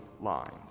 lines